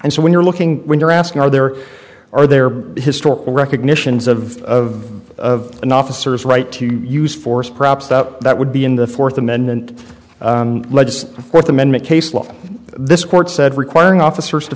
and so when you're looking when you're asking are there are there historical recognitions of of an officer's right to use force perhaps that that would be in the fourth amendment fourth amendment case law this court said requiring officers to